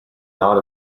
not